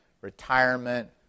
retirement